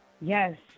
Yes